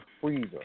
freezer